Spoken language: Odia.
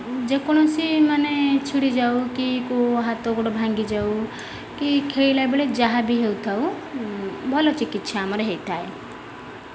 ଯେକୌଣସି ମାନେ ଛିଡ଼ି ଯାଉ କି କେଉଁ ହାତ ଗୋଡ଼ ଭାଙ୍ଗି ଯାଉ କି ଖେଳିଲା ବେଳେ ଯାହା ବି ହେଇ ଥାଉ ଭଲ ଚିକିତ୍ସା ଆମର ହୋଇଥାଏ